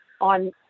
on